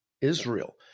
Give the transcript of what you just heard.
Israel